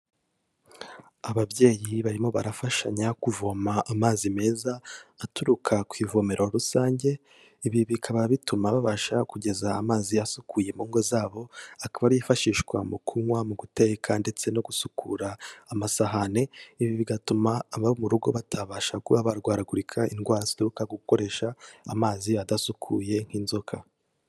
Ababyeyi barimo barafashanya kuvoma amazi meza aturuka ku ivomero rusange, ibi bikaba bituma babasha kugeza amazi asukuye mu ngo zabo, akaba ari yo yifashishwa mu kunywa, mu guteka, ndetse no gusukura amasahani, ibi bigatuma ababa mu rugo batabasha kuba barwaragurika indwara zituruka kugukoresha amazi adasukuye, nk'inzoka.